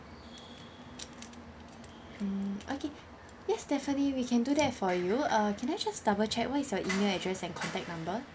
mm okay yes definitely we can do that for you uh can I just double check what is your email address and contact number